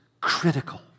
critical